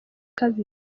kabiri